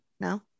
No